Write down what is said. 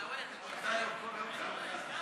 לוועדה שתקבע ועדת הכנסת נתקבלה.